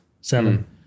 seven